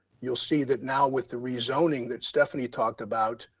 you'll see that now with the rezoning that stephanie talked about,